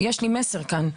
מסר כאן,